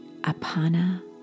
apana